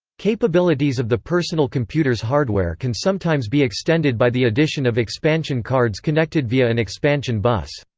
capabilities of the personal computers hardware can sometimes be extended by the addition of expansion cards connected via an expansion bus.